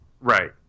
Right